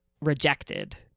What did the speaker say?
rejected